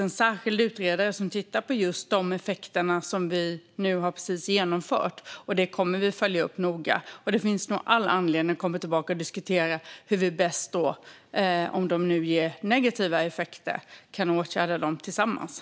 En särskild utredare tittar på effekterna av det som vi precis har genomfört, och vi kommer att följa upp detta noga. Det finns nog all anledning att komma tillbaka och diskutera hur vi tillsammans kan åtgärda eventuella negativa effekter.